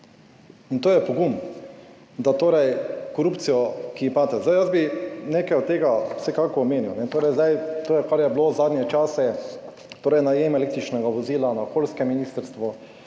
In to je pogum, da torej korupcijo, ki /nerazumljivo/. Jaz bi nekaj od tega vsekakor omenil. Torej zdaj to, kar je bilo zadnje čase, torej najem električnega vozila na okoljskem ministrstvu,